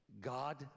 God